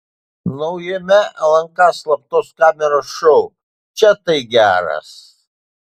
naujame lnk slaptos kameros šou čia tai geras